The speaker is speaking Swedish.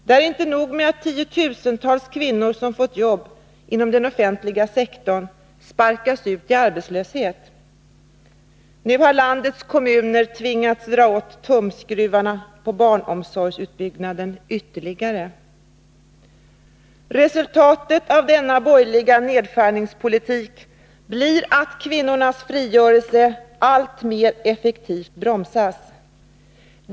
Det är inte nog med att tiotusentals kvinnor som fått jobb inom den offentliga sektorn sparkas ut i arbetslöshet — nu har landets kommuner tvingats dra åt tumskruvarna på barnomsorgsutbyggnaden ytterligare. Resultatet av denna borgerliga nedskärningspolitik blir att kvinnornas frigörelse alltmer effektivt bromsas.